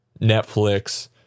Netflix